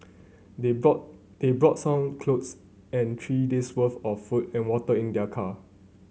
they brought they brought some clothes and three days worth of food and water in their car